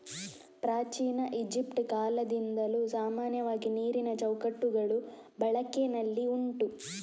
ಪ್ರಾಚೀನ ಈಜಿಪ್ಟ್ ಕಾಲದಿಂದಲೂ ಸಾಮಾನ್ಯವಾಗಿ ನೀರಿನ ಚೌಕಟ್ಟುಗಳು ಬಳಕೆನಲ್ಲಿ ಉಂಟು